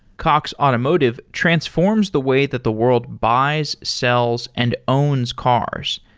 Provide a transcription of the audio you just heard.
cox automotive transforms the way that the world buys, sells and owns cars.